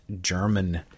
German